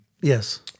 Yes